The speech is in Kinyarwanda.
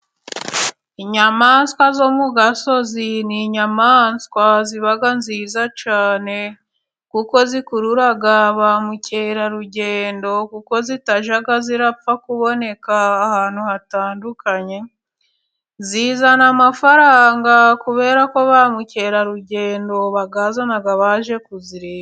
Inyamaswa zo mu gasozi ni inyamaswa ziba nziza cyane, kuko zikurura ba mukerarugendo kuko zitajya zirapfa kuboneka, ahantu hatandukanye zizana amafaranga kubera ko ba mukerarugendo bayazana baje kuzireba.